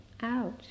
ouch